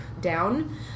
down